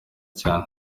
cyane